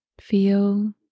feel